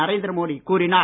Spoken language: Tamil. நரேந்திர மோடி கூறினார்